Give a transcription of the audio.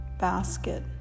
Basket